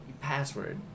password